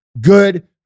good